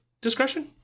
discretion